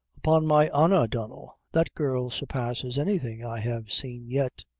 upon my honor, donnel, that girl surpasses anything i have seen yet.